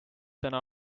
täna